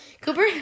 Cooper